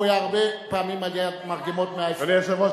הוא היה הרבה פעמים על-יד מרגמות 120. אדוני היושב-ראש,